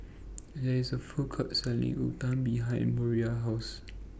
There IS A Food Court Selling Uthapam behind Moriah's House